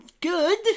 Good